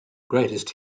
greatest